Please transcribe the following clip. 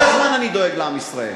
כל הזמן אני דואג לעם ישראל.